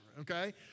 okay